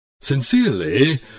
Sincerely